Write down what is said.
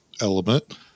element